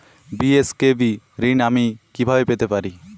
BSKB ঋণ আমি কিভাবে পেতে পারি?